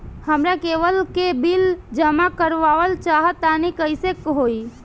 हमरा केबल के बिल जमा करावल चहा तनि कइसे होई?